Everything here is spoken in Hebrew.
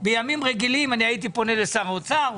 בימים רגילים הייתי פונה לשר האוצר,